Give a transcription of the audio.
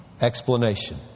Explanation